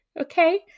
okay